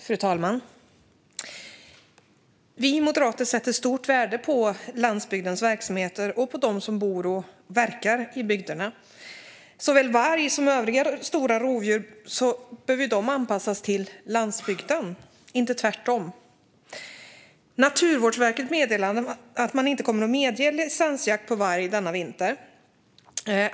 Fru talman! Vi moderater sätter stort värde på landsbygdens verksamheter och på dem som bor och verkar i bygderna. Såväl varg som övriga stora rovdjur behöver anpassas till landsbygden, inte tvärtom. Naturvårdsverket har meddelat att man inte kommer att medge licensjakt på varg denna vinter.